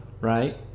right